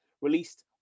released